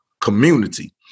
community